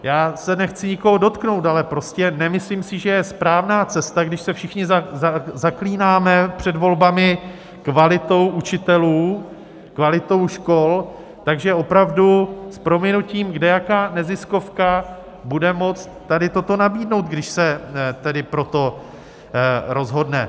Já se nechci nikoho dotknout, ale nemyslím si, že je správná cesta, když se všichni zaklínáme před volbami kvalitou učitelů, kvalitou škol, tak že opravdu s prominutím kdejaká neziskovka bude moct tady toto nabídnout, když se pro to rozhodne.